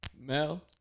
Mel